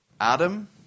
Adam